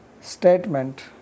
statement